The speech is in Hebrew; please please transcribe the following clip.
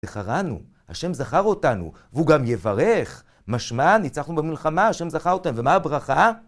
זכרנו, השם זכר אותנו, והוא גם יברך, משמע, ניצחנו במלחמה, השם זכר אותנו, ומה הברכה?